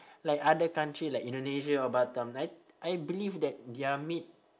like other country like indonesia or batam I I believe that their meat